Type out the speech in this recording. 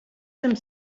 some